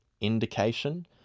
indication